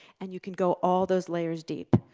and you can go all those layers deep.